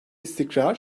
istikrar